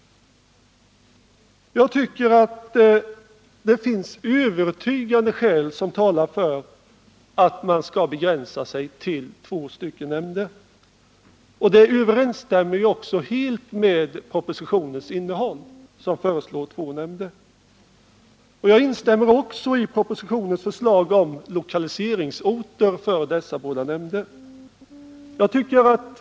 Jag tycker att övertygande skäl talar för att man skall begränsa sig till två nämnder. Det överensstämmer också helt med förslaget i propositionen. Jag instämmer också i förslaget i propositionen om lokaliseringsorter för dessa båda nämnder.